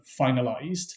finalized